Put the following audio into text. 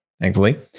thankfully